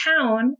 town